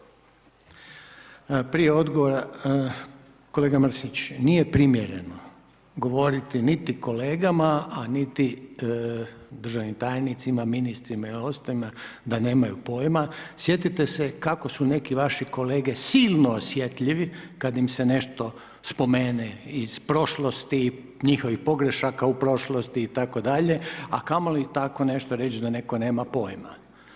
Prije odgovora, kolega Mršić, nije primjereno govoriti niti kolegama, a niti državnim tajnicima, ministrima i ostalima da nemaju pojma, sjetite se kako su neki vaše kolege silno osjetljivi kad im se nešto spomene iz prošlosti, njihovih pogrešaka u prošlosti itd., a kamoli tako reći da netko nema pojma.